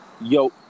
Yo